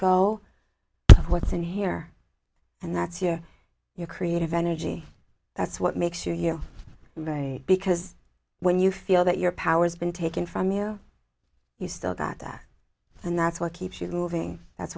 go of what's in here and that's here your creative energy that's what makes you here because when you feel that your powers been taken from you you still that and that's what keeps you moving that's